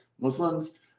Muslims